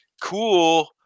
cool